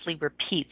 repeats